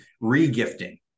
re-gifting